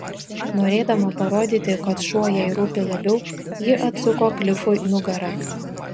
norėdama parodyti kad šuo jai rūpi labiau ji atsuko klifui nugarą